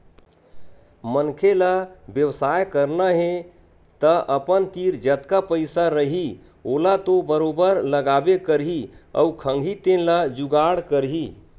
मनखे ल बेवसाय करना हे तअपन तीर जतका पइसा रइही ओला तो बरोबर लगाबे करही अउ खंगही तेन ल जुगाड़ करही